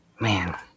Man